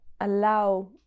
allow